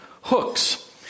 hooks